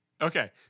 Okay